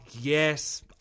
yes